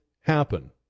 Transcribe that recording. happen